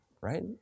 right